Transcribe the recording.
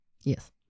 Yes